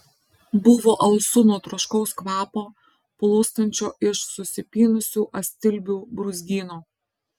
buvo alsu nuo troškaus kvapo plūstančio iš susipynusių astilbių brūzgyno